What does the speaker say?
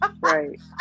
right